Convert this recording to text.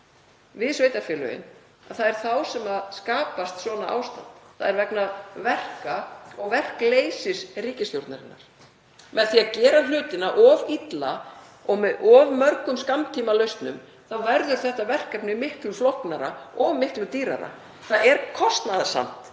við sveitarfélögin þá skapast svona ástand. Það er vegna verka og verkleysis ríkisstjórnarinnar. Með því að gera hlutina of illa og með of mörgum skammtímalausnum verður þetta verkefni miklu flóknara og dýrara. Það er kostnaðarsamt